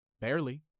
Barely